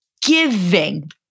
giving